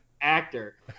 actor